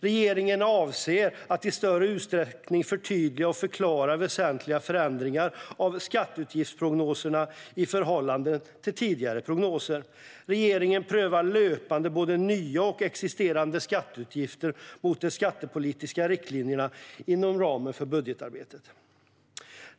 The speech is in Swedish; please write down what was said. Regeringen avser att i större utsträckning förtydliga och förklara väsentliga förändringar av skatteutgiftsprognoserna i förhållande till tidigare prognoser. Regeringen prövar löpande både nya och existerande skatteutgifter mot de skattepolitiska riktlinjerna inom ramen för budgetarbetet.